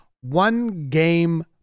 one-game